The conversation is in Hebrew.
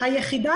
היחידה